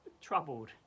troubled